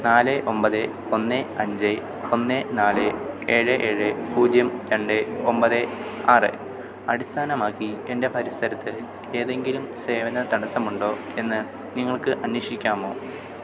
നാല് ഒമ്പത് ഒന്ന് അഞ്ച് ഒന്ന് നാല് ഏഴ് ഏഴ് പൂജ്യം രണ്ട് ഒമ്പത് ആറ് അടിസ്ഥാനമാക്കി എൻ്റെ പരിസരത്തിൽ ഏതെങ്കിലും സേവന തടസ്സമുണ്ടോ എന്ന് നിങ്ങൾക്ക് അന്വേഷിക്കാമോ